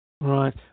Right